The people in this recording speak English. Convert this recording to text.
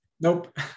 Nope